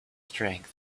strength